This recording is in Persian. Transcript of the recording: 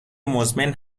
مزمن